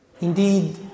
Indeed